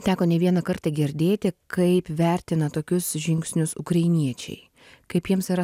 teko ne vieną kartą girdėti kaip vertina tokius žingsnius ukrainiečiai kaip jiems yra